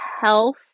health